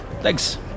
Thanks